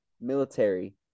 military